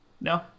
No